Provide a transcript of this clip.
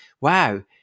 wow